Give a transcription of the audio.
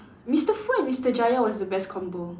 Mister Foo and Mister Jaya was the best combo